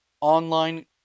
online